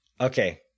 Okay